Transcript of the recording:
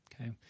Okay